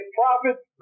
profits